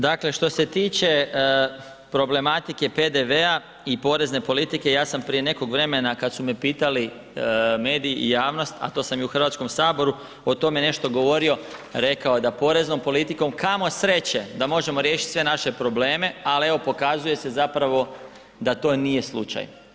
Dakle, što se tiče problematike PDV-a i porezne politike, ja sam prije nekog vremena kad su me pitali mediji i javnost, a to sam i u HS-u o tome nešto govorio, rekao da poreznom politikom, kamo sreće, da možemo riješiti sve naše probleme, ali evo, pokazuje se zapravo da to nije slučaj.